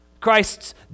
Christ's